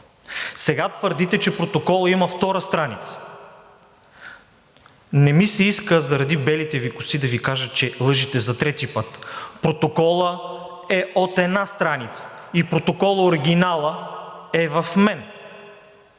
Сега твърдите, че протоколът има втора страница. Не ми се иска заради белите Ви коси да Ви кажа, че лъжете за трети път. Протоколът е от една страница и оригиналът на протокола е в мен!